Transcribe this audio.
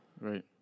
Right